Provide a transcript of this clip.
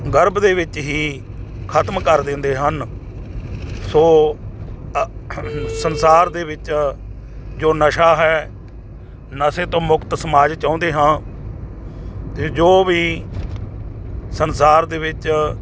ਗਰਭ ਦੇ ਵਿੱਚ ਹੀ ਖਤਮ ਕਰ ਦਿੰਦੇ ਹਨ ਸੋ ਸੰਸਾਰ ਦੇ ਵਿੱਚ ਜੋ ਨਸ਼ਾ ਹੈ ਨਸ਼ੇ ਤੋਂ ਮੁਕਤ ਸਮਾਜ ਚਾਹੁੰਦੇ ਹਾਂ ਅਤੇ ਜੋ ਵੀ ਸੰਸਾਰ ਦੇ ਵਿੱਚ